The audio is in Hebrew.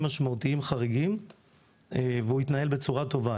משמעותיים חריגים והוא התנהל בצורה טובה.